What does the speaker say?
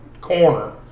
corner